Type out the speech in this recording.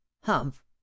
humph